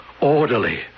orderly